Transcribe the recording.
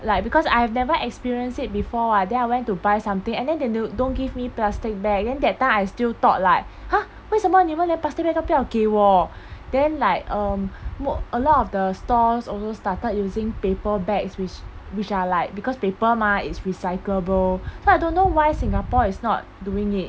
like because I have never experienced it before what then I went to buy something and then they don't give me plastic bag at that time I still thought like !huh! 为什么你们的 plastic bag 都不要给我 then like um more a lot of the stalls also started using paper bags which which are like because paper mah it's recyclable but don't know why singapore is not doing it